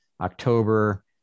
October